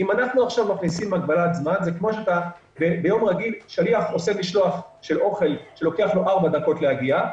זה כמו שביום רגיל לוקח לשליח מזון ארבע דקות להגיע,